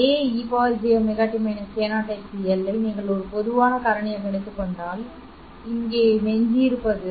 இந்த Aej ωt k0nx L ஐ நீங்கள் ஒரு பொதுவான காரணியாக எடுத்துக் கொள்ளலாம் பின்னர் நீங்கள் இங்கே எஞ்சியிருப்பது